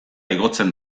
igotzen